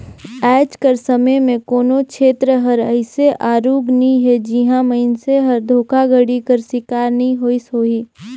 आएज कर समे में कोनो छेत्र हर अइसे आरूग नी हे जिहां मइनसे हर धोखाघड़ी कर सिकार नी होइस होही